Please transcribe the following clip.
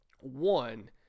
one